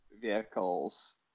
vehicles